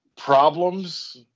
problems